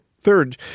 Third